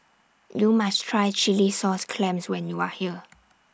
YOU must Try Chilli Sauce Clams when YOU Are here